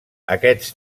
aquests